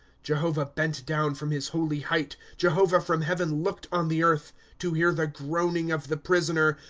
jehovah bent down from his holy height jehovah from heaven looked on the earth to hear the groaning of the prisoner,